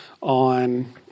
on